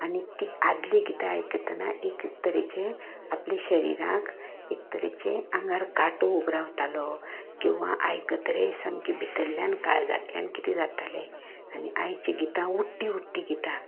आनी तीं आदलीं गितां आयकतना एक तरेचें आपल्या शरीराक एक तरेचें आगांर काटो उबो रावतालो किंवा आयकतरें सामकें भितल्ल्यान काळजांतल्यान कितें जातालें आनी आयचीं गितां उडट्टी उडट्टी गितां